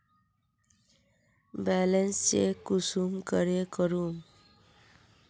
Balance check कुंसम करे करूम?